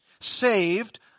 Saved